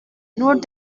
nur